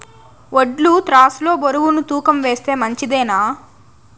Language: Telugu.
వడ్లు త్రాసు లో బరువును తూకం వేస్తే మంచిదేనా?